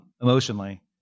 emotionally